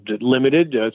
Limited